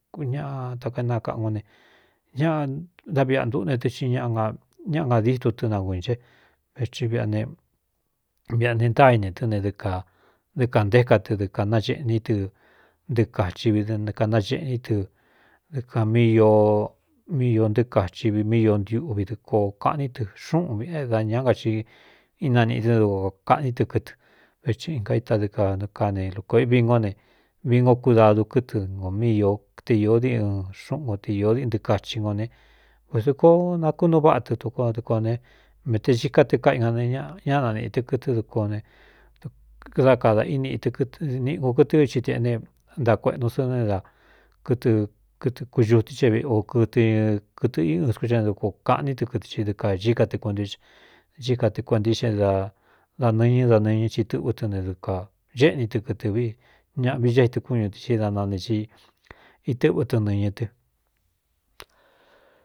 Ñaꞌa taka énakaꞌngó ne ñaꞌa da viꞌa ntuꞌnee tɨ i ñaꞌa ngadí stu tɨnagun cé véthi viꞌꞌa ne viꞌꞌa ne ntáainī tɨ́ ne ɨ kādɨ kān ntéka tɨ dɨɨ kānaceꞌní tɨ ntɨɨ kachi vi dɨ n kānaceꞌní tɨ dɨ kan mí míi ntɨɨ kachi v míi ntiuꞌvi dɨ koo kaꞌní tɨ xúꞌūn vꞌ é da ña na i ínaniꞌi tɨ́ ne dka kaꞌní tɨ kɨtɨ vethi n gaitá dɨ kanka ne lukō ivi ngó ne vi ngo kudadu kɨtɨ ngo míīó te īó di ɨn xúꞌun no te īó di ntɨ kachi ngo ne voso koo nakúnuu váꞌa tɨ tokodɨ ko ne mete xiíka te káꞌi nañá nanīꞌi tɨ kɨtɨ dko ne ddá kadā í niꞌi tɨ kɨ niꞌgo kɨtɨ́vi xi tēꞌne ntakueꞌnu sɨn ne da kɨtɨ kɨtɨ kuñutí xe veꞌ ō kɨtɨ kɨtɨ í ɨnskú ta ne dukuo kaꞌní tɨ kɨtɨ i dɨ kācí ka te kuentiɨ chií ka te kuenti ꞌxen da da nɨñɨ́ da nɨñɨ ci tɨ́ꞌvú tɨ ne dɨ kā xéꞌní tɨ kɨtɨ vi ñaꞌa vi cá ítɨkúñū tɨ xi da nane i itɨ́ꞌvɨ tɨnɨñɨ tɨ.